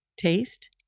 taste